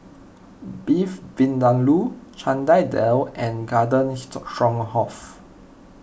Beef Vindaloo Chana Dal and Garden Stroganoff